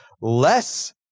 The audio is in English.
less